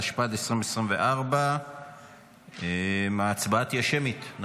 התשפ"ד 2024. ההצבעה תהיה שמית.